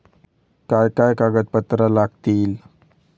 काय काय कागदपत्रा लागतील?